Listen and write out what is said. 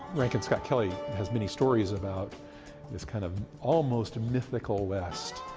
rankin scott kelley has many stories about this kind of almost mythical west,